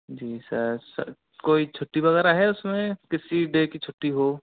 जी sir sir कोई छुट्टी वगैरह है उसमें किसी डे की छुट्टी हो